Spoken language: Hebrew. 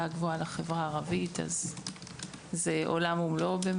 הגבוהה לחברה הערבית זה עולם ומלואו.